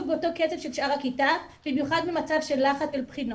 באותו קצב של שאר הכיתה במיוחד במצב של לחץ על בחינות.